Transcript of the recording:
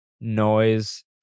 noise